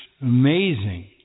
amazing